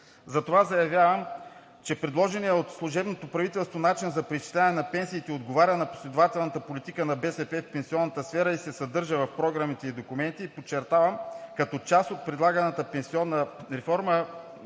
Затова заявявам, че предложеният от служебното правителство начин за преизчисляване на пенсиите отговаря на последователната политика на БСП в пенсионната сфера и се съдържа в програмните ѝ документи и, подчертавам, като част от предлаганата пенсионна реформа,